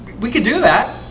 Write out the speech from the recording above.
we could do that.